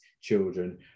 children